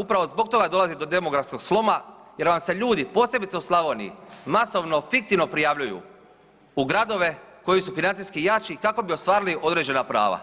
Upravo zbog toga dolazi do demografskog sloma jer vam se ljudi, posebice u Slavoniji, masovno fiktivno prijavljuju u gradove koji su financijski jači kako bi ostvarili određena prava